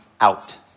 out